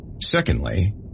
secondly